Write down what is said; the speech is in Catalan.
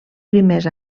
primers